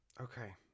Okay